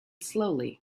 slowly